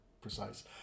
precise